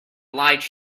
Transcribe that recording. light